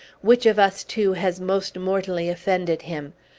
which of us two has most mortally offended him!